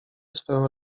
swoją